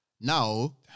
now